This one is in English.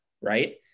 Right